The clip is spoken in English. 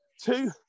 two